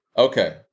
Okay